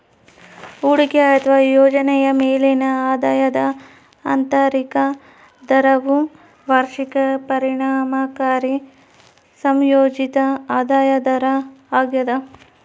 ಹೂಡಿಕೆ ಅಥವಾ ಯೋಜನೆಯ ಮೇಲಿನ ಆದಾಯದ ಆಂತರಿಕ ದರವು ವಾರ್ಷಿಕ ಪರಿಣಾಮಕಾರಿ ಸಂಯೋಜಿತ ಆದಾಯ ದರ ಆಗ್ಯದ